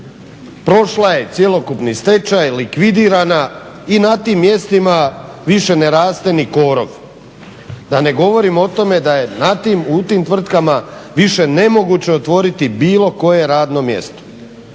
prošla je cjelokupni stečaj, likvidirana i na tim mjestima više ne raste ni korov, da ne govorim o tome da je u tim tvrtkama više nemoguće otvoriti bilo koje radno mjesto.